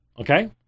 Okay